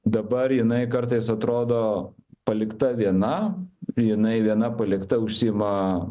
dabar jinai kartais atrodo palikta viena jinai viena palikta užsiima